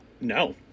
No